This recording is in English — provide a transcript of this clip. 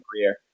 career